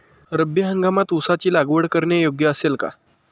रब्बी हंगामात ऊसाची लागवड करणे योग्य असेल का?